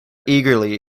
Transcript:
eagerly